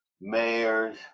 mayors